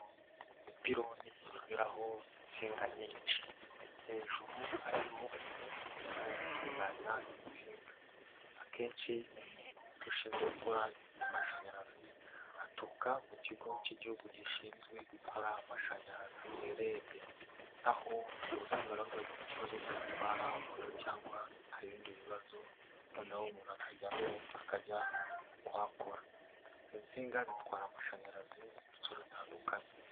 Ipironi rinyuraho insinga nyinshi. Hejuru hariho umuntu urimo gutunganya insinga. Akenshi umuntu ushinzwe gukora ibintu by'amashanyarazi aturuka mu kigo cy'igihugu gishinzwe gukora amashanyarazi REG. Aho urusinga rwagize ikibazo rudatwara umuriro cyangwa hari ibindi bibazo noneho umuntu akajyamo akajya kuhakora. Izi nsinga zitwara amashanyarazi mu bice bitandukanye.